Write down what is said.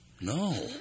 No